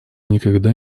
никогда